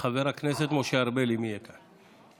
חבר הכנסת משה ארבל, אם יהיה כאן.